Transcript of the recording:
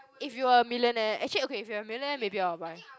if you are millionaire actually okay if you are a millionaire maybe I would buy